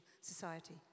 society